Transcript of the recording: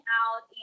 out